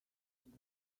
since